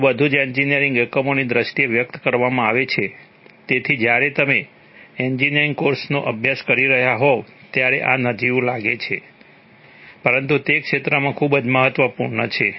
જો બધું જ એન્જિનિયરિંગ એકમોની દ્રષ્ટિએ વ્યક્ત કરવામાં આવે છે તેથી જ્યારે તમે એન્જિનિયરિંગ કોર્સનો અભ્યાસ કરી રહ્યા હોવ ત્યારે આ નજીવું લાગે છે પરંતુ તે ક્ષેત્રમાં ખૂબ મહત્વપૂર્ણ છે